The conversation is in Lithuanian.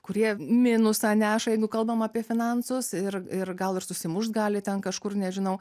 kurie minusą neša jeigu kalbam apie finansus ir ir gal ir susimušt gali ten kažkur nežinau